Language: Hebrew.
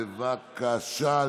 בבקשה.